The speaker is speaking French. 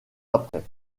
après